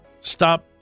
stop